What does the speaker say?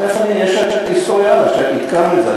תכף אני אראה שעדכנו את זה.